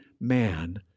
man